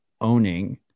owning